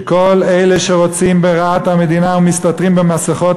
שכל אלה שרוצים ברעת המדינה ומסתתרים במסכות